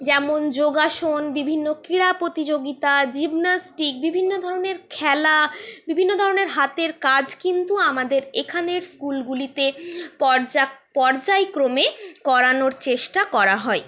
যেমন যোগাসন বিভিন্ন ক্রীড়া প্রতিযোগিতা জীমনাস্টিক বিভিন্ন ধরণের খেলা বিভিন্ন ধরনের হাতের কাজ কিন্তু আমাদের এখানের স্কুলগুলিতে পর্যায়ক্রমে করানোর চেষ্টা করা হয়